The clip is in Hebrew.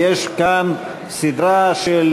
ויש כאן סדרה של